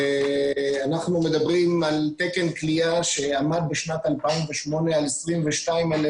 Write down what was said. אנחנו מדברים על תקן כליאה שעמד בשנת 2008 על 22,000